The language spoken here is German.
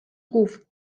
ruf